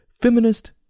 feminist